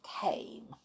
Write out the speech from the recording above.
came